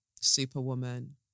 Superwoman